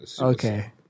okay